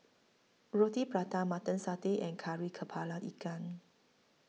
Roti Prata Mutton Satay and Kari Kepala Ikan